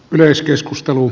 yleiskeskustelu